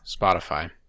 Spotify